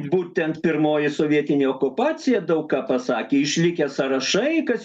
būtent pirmoji sovietinė okupacija daug ką pasakė išlikę sąrašai kas